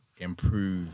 Improve